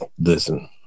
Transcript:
Listen